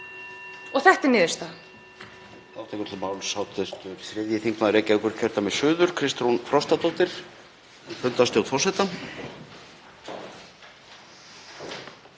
og þetta er niðurstaðan.